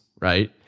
right